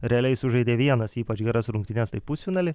realiai sužaidė vienas ypač geras rungtynes tai pusfinaly